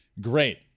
great